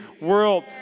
world